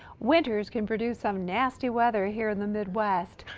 winters can produce some nasty weather here in the midwest.